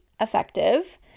effective